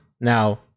Now